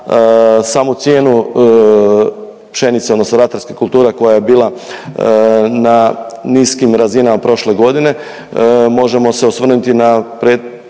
samu cijenu pšenice odnosno ratarske kulture koja je bila na niskim razinama prošle godine, možemo se osvrnuti na pred, pred,